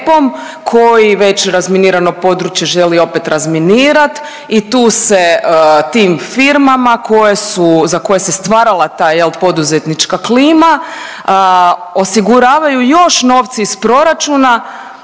koji već razminirano područje želi opet razminirat i tu se tim firmama koje su za koje se stvarala ta poduzetnička klima osiguravaju još novi iz proračuna